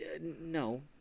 No